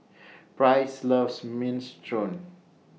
Price loves Minestrone